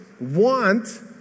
want